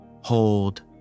Hold